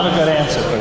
ah good answer